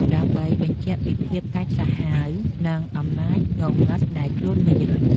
ដើម្បីបញ្ជាក់ពីភាពកាចសាហាវ និងអំណាចងងឹតដែលខ្លួនមាន។